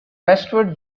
westwood